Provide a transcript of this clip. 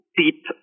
deep